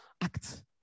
act